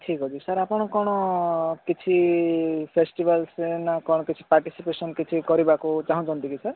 ଠିକ୍ ଅଛି ସାର୍ ଆପଣ କ'ଣ କିଛି ଫେଷ୍ଟିଭାଲ୍ସ ପାଇଁ ନା କ'ଣ କିଛି ପାର୍ଟିସିପେସନ୍ କିଛି କରିବାକୁ ଚାହୁଁଛନ୍ତି କି ସାର୍